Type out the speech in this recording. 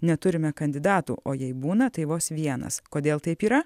neturime kandidatų o jei būna tai vos vienas kodėl taip yra